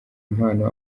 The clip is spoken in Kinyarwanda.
impano